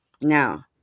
Now